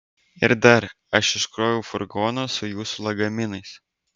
ir dar aš iškroviau furgoną su jūsų lagaminais